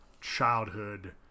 childhood